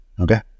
okay